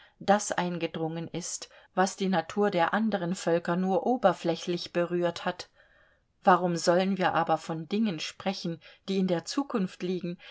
das eingedrungen ist was die natur der anderen völker nur oberflächlich berührt hat warum sollen wir aber von dingen sprechen die in der zukunft liegen